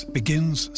begins